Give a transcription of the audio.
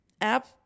app